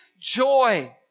joy